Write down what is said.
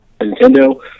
Nintendo